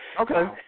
Okay